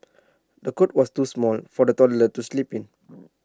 the cot was too small for the toddler to sleep in